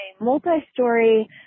multi-story